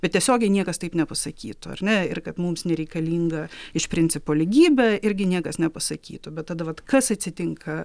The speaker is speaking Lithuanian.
bet tiesiogiai niekas taip nepasakytų ar ne ir kad mums nereikalinga iš principo lygybė irgi niekas nepasakytų bet tada vat kas atsitinka